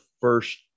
first